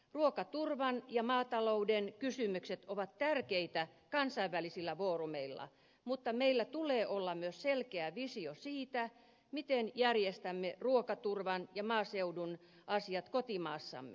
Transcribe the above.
ruokaturvan ja maatalouden kysymykset ovat tärkeitä kansainvälisillä foorumeilla mutta meillä tulee olla myös selkeä visio siitä miten järjestämme ruokaturvan ja maaseudun asiat kotimaassamme